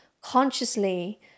consciously